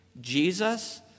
Jesus